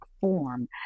form